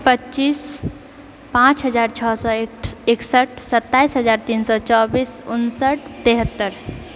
पच्चीस पाँच हजार छओ सए एकसठि सत्ताइस हजार तीन सए चौबीस उनसठि तिहत्तर